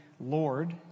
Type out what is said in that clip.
Lord